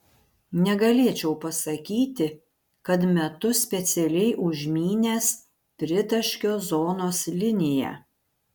negalėčiau pasakyti kad metu specialiai užmynęs tritaškio zonos liniją